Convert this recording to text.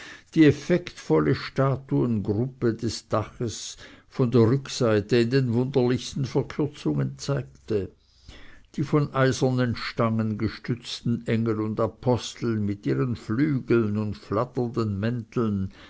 die effektvolle statuengruppe des daches von der rückseite in den wunderlichsten verkürzungen zeigte die von eisernen stangen gestützten engel und apostel mit ihren flügeln und flatternden mänteln